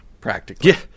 Practically